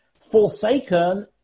Forsaken